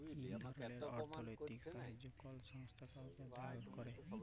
ইক ধরলের অথ্থলৈতিক সাহাইয্য কল সংস্থা কাউকে দাল ক্যরে